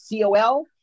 COL